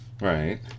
right